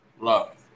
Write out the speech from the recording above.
love